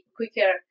quicker